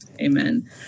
amen